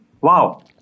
Wow